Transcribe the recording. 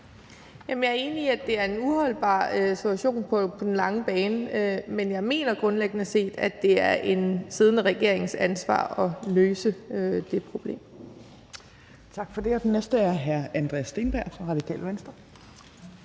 jeg er enig i, at det er en uholdbar situation på den lange bane, men jeg mener grundlæggende set, at det er en siddende regerings ansvar at løse det problem.